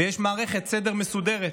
ויש מערכת סדר מסודרת.